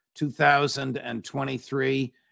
2023